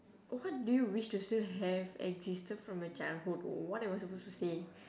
oh what do you wish to still have existed from your childhood what am I supposed to say